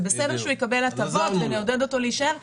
זה בסדר שהוא יקבל הטבות ונעודד אותו להישאר,